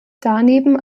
daneben